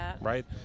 right